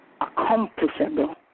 accomplishable